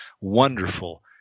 wonderful